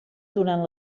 durant